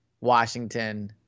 Washington